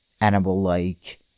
animal-like